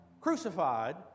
crucified